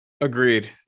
agreed